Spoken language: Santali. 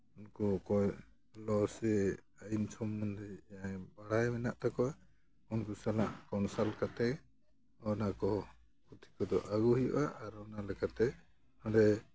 ᱚᱠᱚᱭ ᱠᱚ ᱞᱚ ᱥᱮ ᱟᱭᱤᱱ ᱥᱚᱢᱚᱱᱫᱷᱮ ᱡᱟᱦᱟᱸᱭ ᱵᱟᱲᱟᱭ ᱢᱮᱱᱟᱜ ᱛᱟᱠᱚᱣᱟ ᱩᱱᱠᱩ ᱥᱟᱞᱟᱜ ᱠᱚᱱᱥᱟᱞᱴ ᱠᱟᱛᱮᱫ ᱚᱱᱟᱠᱚ ᱯᱩᱛᱷᱤ ᱠᱚᱫᱚ ᱟᱹᱜᱩ ᱦᱩᱭᱩᱜᱼᱟ ᱟᱨ ᱚᱱᱟ ᱞᱮᱠᱟᱛᱮ ᱟᱞᱮ